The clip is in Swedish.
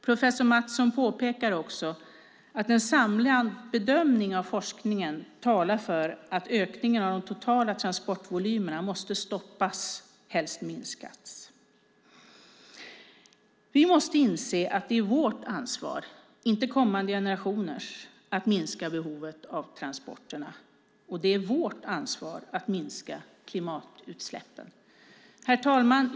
Professor Mattsson påpekar också att en samlad bedömning av forskningen talar för att ökningen av de totala transportvolymerna måste minskas, helst stoppas. Vi måste inse att det är vårt ansvar, inte kommande generationers, att minska behovet av transporter. Och det är vårt ansvar att minska klimatutsläppen. Herr talman!